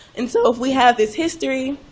and so if we have this history,